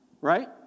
right